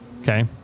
Okay